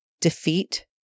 defeat